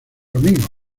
amigo